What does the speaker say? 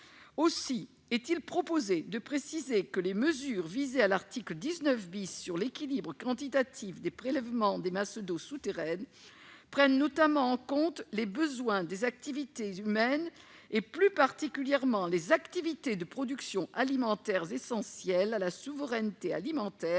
Aussi, il est proposé de préciser que les mesures visées à l'article 19 sur l'équilibre quantitatif des prélèvements des masses d'eau souterraines prennent notamment en compte les besoins des activités humaines, plus particulièrement les activités de production alimentaire essentielles à la souveraineté alimentaire